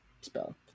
spell